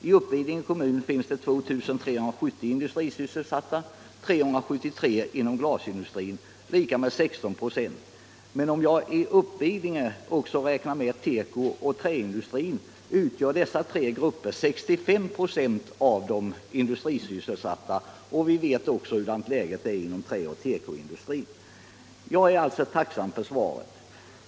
I Uppvidinge kommun finns det 2 370 industrisysselsatta, varav 373 inom glasindustrin, vilket motsvarar 16 26. Men om jag i Uppvidinge också räknar in tekooch träindustrierna blir andelen för de industrisysselsatta 65 96. Vi vet också hurdant läget är inom träoch tekoindustrierna. Jag är alltså tacksam för svaret.